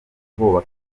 ubwoba